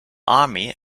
army